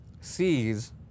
sees